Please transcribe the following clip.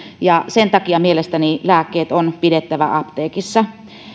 ja sen takia mielestäni lääkkeet on pidettävä apteekissa